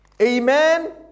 Amen